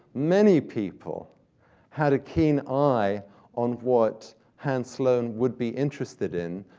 many people had a keen eye on what hans sloane would be interested in,